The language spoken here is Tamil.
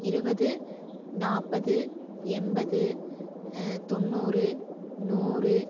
இருபது நாற்பது எண்பது தொண்ணூறு நூறு